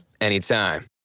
anytime